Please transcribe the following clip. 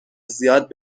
زیاد